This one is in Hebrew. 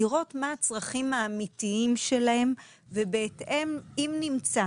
לראות מה הצרכים האמיתיים שלהם ובהתאם אם נמצא